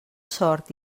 sort